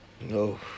No